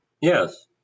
Yes